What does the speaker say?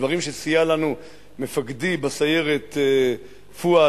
דברים שסייע לנו בהם מפקדי בסיירת פואד,